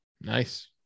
Nice